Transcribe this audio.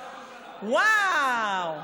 וואו.